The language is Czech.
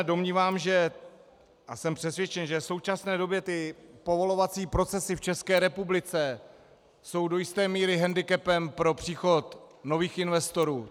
Domnívám se a jsem přesvědčen, že v současné době povolovací procesy v České republice jsou do jisté míry hendikepem pro příchod nových investorů.